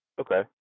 Okay